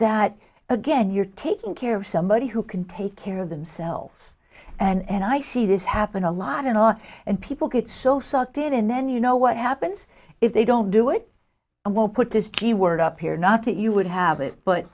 that again you're taking care of somebody who can take care of themselves and i see this happen a lot and on and people get so sucked in then you know what happens if they don't do it and won't put this keyword up here not that you would have it but